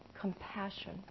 compassion